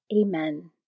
Amen